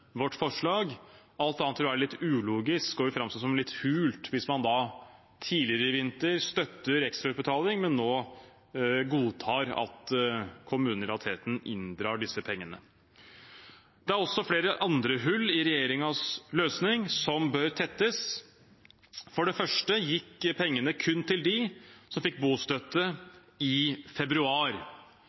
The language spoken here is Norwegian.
vårt forslag. Alt annet vil være litt ulogisk og vil framstå som litt hult, hvis man da tidligere i vinter støttet ekstrautbetaling, men nå godtar at kommunen i realiteten inndrar disse pengene. Det er også flere andre hull i regjeringens løsning som bør tettes. For det første gikk pengene kun til dem som fikk bostøtte i februar.